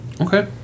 Okay